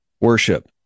worship